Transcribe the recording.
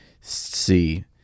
see